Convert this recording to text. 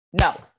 No